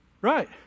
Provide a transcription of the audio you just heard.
right